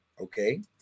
Okay